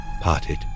parted